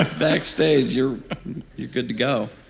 ah backstage, you're you're good to go